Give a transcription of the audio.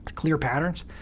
clear patterns.